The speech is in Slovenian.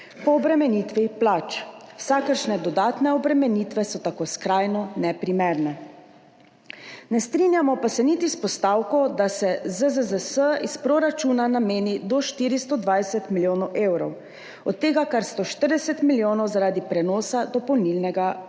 po obremenitvi plač. Vsakršne dodatne obremenitve so tako skrajno neprimerne. Ne strinjamo se niti s postavko, da se ZZZS iz proračuna nameni do 420 milijonov evrov, od tega kar 140 milijonov zaradi prenosa dopolnilnega